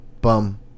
bum